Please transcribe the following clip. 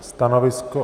Stanovisko?